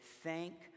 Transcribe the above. thank